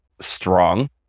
strong